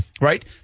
Right